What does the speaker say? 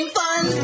fun